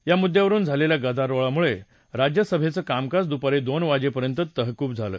या मुद्यावरून झालेल्या गदारोळामुळे राज्यसभेचं कामकाज दुपारी दोन वाजेपर्यंत तहकूब झालं